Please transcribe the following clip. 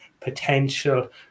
potential